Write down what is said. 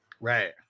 Right